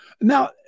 Now